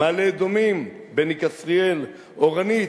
מעלה-אדומים, בני כשריאל, אורנית,